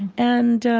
and